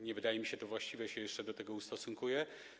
Nie wydaje mi się to właściwe i jeszcze się do tego ustosunkuję.